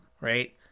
right